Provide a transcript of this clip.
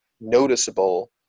noticeable